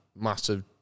massive